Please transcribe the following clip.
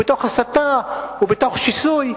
בהסתה ובשיסוי.